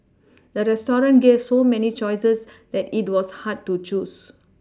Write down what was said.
the restaurant gave so many choices that it was hard to choose